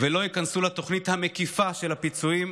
ולא ייכנסו לתוכנית המקיפה של הפיצויים,